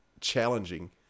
challenging